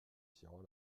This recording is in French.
serrant